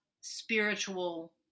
spiritual